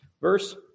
Verse